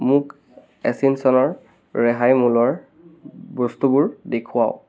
মোক এচেঞ্চনৰ ৰেহাই মূলৰ বস্তুবোৰ দেখুৱাওক